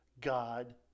God